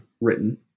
written